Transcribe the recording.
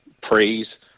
praise